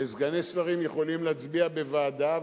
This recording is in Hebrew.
וסגני שרים יכולים להצביע בוועדה,